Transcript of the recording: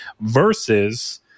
versus